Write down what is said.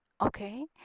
Okay